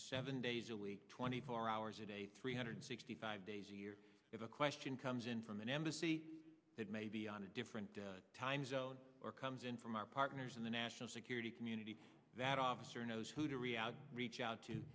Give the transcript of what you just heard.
seven days a week twenty four hours a day three hundred sixty five days a year is a question comes in from an embassy that may be on a different time zone or comes in from our partners in the national security community that officer knows who to reality reach out to